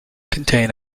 contain